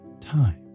time